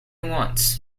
wants